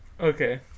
okay